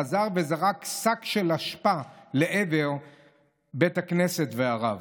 חזר וזרק שק של אשפה לעבר בית הכנסת והרב.